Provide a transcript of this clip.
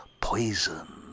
poison